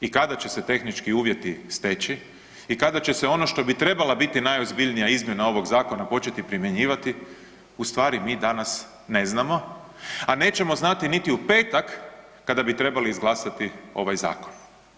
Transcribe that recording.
I kada će se tehnički uvjeti steći i kada će se ono što bi trebala biti najozbiljnija izmjena ovog zakona početi primjenjivati ustvari mi danas ne znamo, a nećemo znati niti u petak kada bi trebali izglasati ovaj zakon.